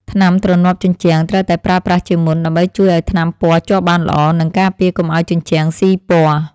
ថ្នាំទ្រនាប់ជញ្ជាំង ត្រូវតែប្រើប្រាស់ជាមុន ដើម្បីជួយឱ្យថ្នាំពណ៌ជាប់បានល្អ និងការពារកុំឱ្យជញ្ជាំងស៊ីពណ៌។